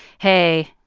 hey,